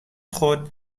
خود